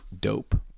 dope